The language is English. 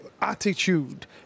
attitude